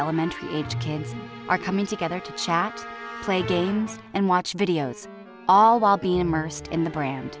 elementary aged kids are coming together to chat play games and watch videos all while being immersed in the brand